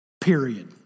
Period